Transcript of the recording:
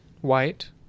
white